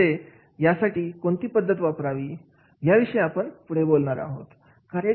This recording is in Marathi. म्हणजे या साठी कोणती पद्धत वापरावी या विषय आपण पुढे बोलणार आहोत